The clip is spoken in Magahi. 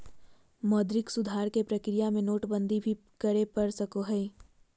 मौद्रिक सुधार के प्रक्रिया में नोटबंदी भी करे पड़ सको हय